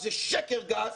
זה שקר גס.